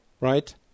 right